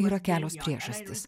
yra kelios priežastys